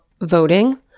voting